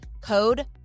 Code